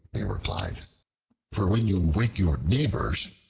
they replied for when you wake your neighbors,